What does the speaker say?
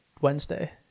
Wednesday